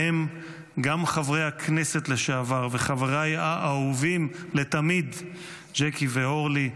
ובהם גם חברי הכנסת לשעבר וחבריי האהובים לתמיד ג'קי ואורלי,